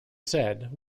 said